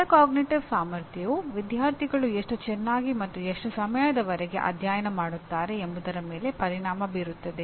metacognitive ಸಾಮರ್ಥ್ಯ ಪರಿಣಾಮ ಬೀರುತ್ತದೆ